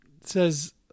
says